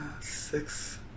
Six